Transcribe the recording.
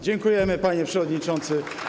Dziękujemy, panie przewodniczący.